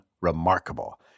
Remarkable